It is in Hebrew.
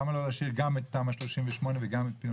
למה לא להשאיר גם את תמ"א 38 וגם את פינוי בינוי?